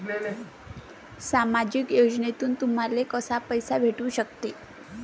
सामाजिक योजनेतून तुम्हाले कसा पैसा भेटू सकते?